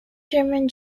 german